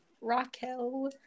Raquel